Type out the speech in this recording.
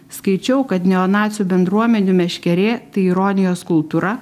skaičiau kad neonacių bendruomenių meškerė tai ironijos kultūra